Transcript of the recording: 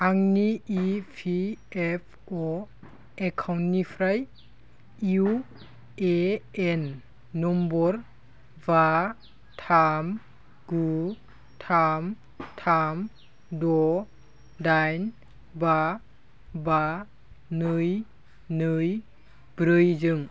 आंनि इपिएफअ एकाउन्टनिफ्राय इउएएन नम्बर बा थाम गु थाम थाम द दाइन बा बा नै नै ब्रैजों